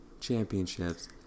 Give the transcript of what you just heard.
championships